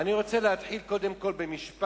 אני רוצה להתחיל במשפט